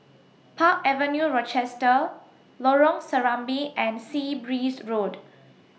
Park Avenue Rochester Lorong Serambi and Sea Breeze Road